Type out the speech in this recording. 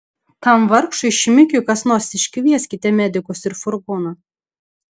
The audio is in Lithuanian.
tam vargšui šmikiui kas nors iškvieskite medikus ir furgoną